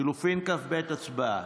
לחלופין כ"ב, הצבעה.